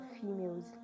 females